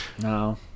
No